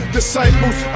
Disciples